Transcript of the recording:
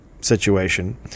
situation